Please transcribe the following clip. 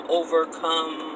overcome